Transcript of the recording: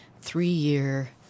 three-year